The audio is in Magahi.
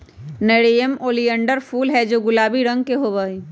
नेरियम ओलियंडर फूल हैं जो गुलाबी रंग के होबा हई